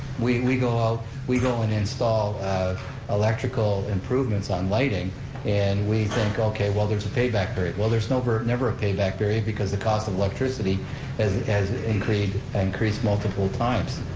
we we go out, we go and install electrical improvements on lighting and we think, okay, well, there's a payback period. well, there's never never a payback period because the cost of electricity has has increased increased multiple times.